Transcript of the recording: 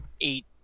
eight